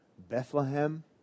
Bethlehem